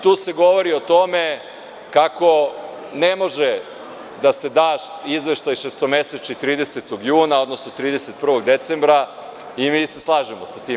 Tu se govori o tome kako ne može da se da izveštaj šestomesečni 30. juna, odnosno 31. decembra i mi se slažemo sa tim.